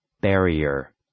Barrier